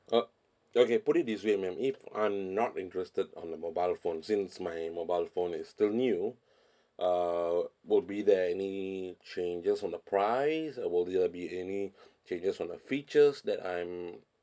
oh okay put it this way ma'am if I'm not interested on the mobile phone since my mobile phone is still new uh would be there any changes on the price uh will there be any changes on the features that I'm